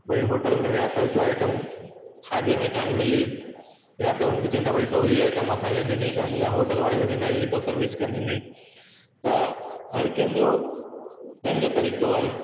भई होटल में विया त हिक आइटम खादे में कोन्ह मिली या त हुनखे चईंदा तो हीअ आइटम असांखे ॾिनी कोन्ह या होटल वारे खे चवंदा हीअ तू सर्विस कोन्ह ॾिनी त हर कंहिंजो पंहिंजो तरीक़ो आहे